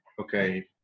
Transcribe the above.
okay